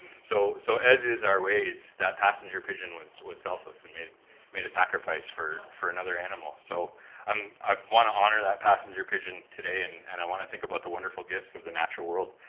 so so as is our ways, that passenger pigeon was was selfless and made made a sacrifice for for another animal. so um i want to honor that passenger pigeon today and and i want to think about the wonderful gifts of the natural world.